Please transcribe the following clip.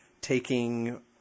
taking